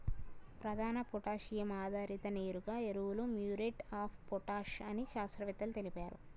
ప్రధాన పొటాషియం ఆధారిత నేరుగా ఎరువులు మ్యూరేట్ ఆఫ్ పొటాష్ అని శాస్త్రవేత్తలు తెలిపారు